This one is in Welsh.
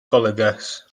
golygus